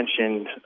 mentioned